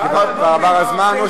כבר עבר בזמן.